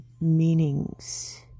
meanings